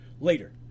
later